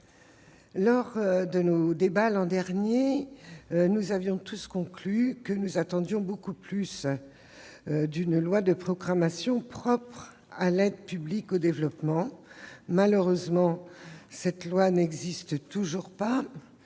lors de nos débats l'an dernier, nous avions tous conclu que nous attendions beaucoup d'une loi de programmation spécifique relative à l'aide publique au développement. Malheureusement, cette loi n'existe toujours pas